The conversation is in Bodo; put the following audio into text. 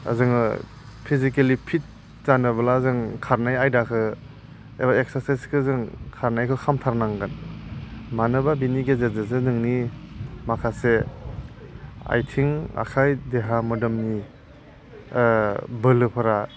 जोङो फिजिकेलि फिट जानोब्ला जों खारनाय आयदाखौ एबा एक्सारसाइसखौ जों खारनायखौ खालामथारनांगोन मानो होनबा बिनि गेजेरजों जोंनि माखासे आथिं आखाइ देहा मोदोमनि बोलोफोरा